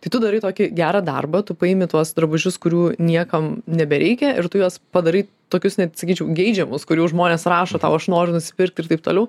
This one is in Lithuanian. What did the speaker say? tai tu darai tokį gerą darbą tu paimi tuos drabužius kurių niekam nebereikia ir tu juos padarai tokius net sakyčiau geidžiamus kur jau žmonės rašo tau aš noriu nusipirkt ir taip toliau